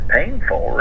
painful